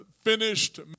finished